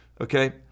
okay